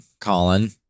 Colin